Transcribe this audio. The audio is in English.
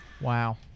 Wow